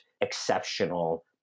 exceptional